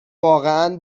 واقعا